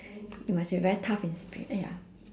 you must be very tough in spir~ ya